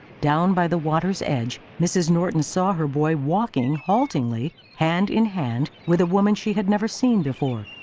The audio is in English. down by the water's edge mrs. norton saw her boy walking haltingly, hand-in-hand with a woman she had never seen before.